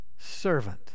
servant